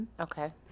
Okay